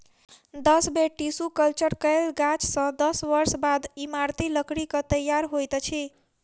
दस बेर tissue culture कयल गाछ सॅ दस वर्ष बाद इमारती लकड़ीक तैयार होइत अछि